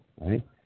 right